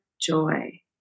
joy